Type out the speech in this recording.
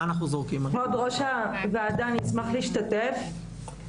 כבוד ראש הוועדה, אני אשמח להשתתף.